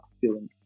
feeling